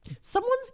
Someone's